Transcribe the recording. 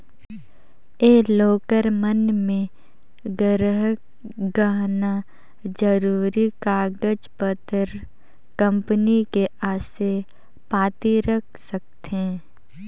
ये लॉकर मन मे गराहक गहना, जरूरी कागज पतर, कंपनी के असे पाती रख सकथें